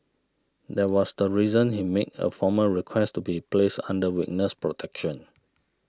that was the reason he made a formal request to be placed under witness protection